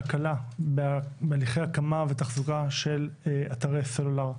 בהליכי הקמה ותחזוקה של אתרי סלולר.